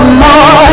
more